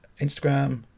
instagram